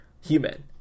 human